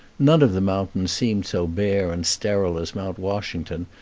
none of the mountains seemed so bare and sterile as mount washington,